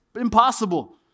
impossible